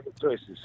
choices